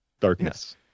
Darkness